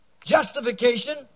Justification